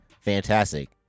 fantastic